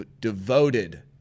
devoted